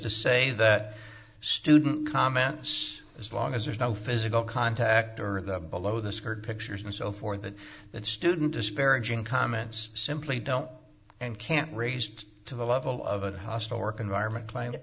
to say that student comment as long as there's no physical contact or the below the skirt pictures and so forth but that student disparaging comments simply don't and can't raise to the level of a hostile work environment